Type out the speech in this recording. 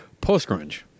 post-grunge